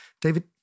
David